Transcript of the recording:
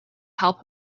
help